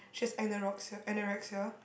she has anorexia anorexia